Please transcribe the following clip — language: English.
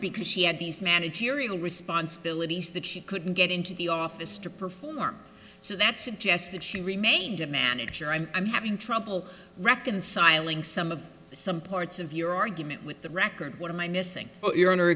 because she had these managerial responsibilities that she couldn't get into the office to perform so that suggests that she remained a manager i'm i'm having trouble reconciling some of some parts of your argument with the record what am i missing